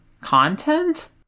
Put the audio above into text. content